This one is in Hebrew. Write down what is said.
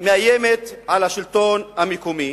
מאיימת על השלטון המקומי